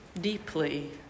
deeply